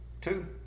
Two